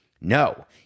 No